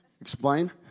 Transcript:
Explain